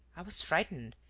i was frightened.